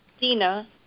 Dina